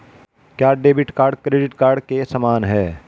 क्या debit card credit card के समान है?